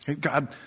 God